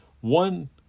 one